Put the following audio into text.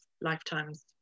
lifetimes